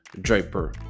Draper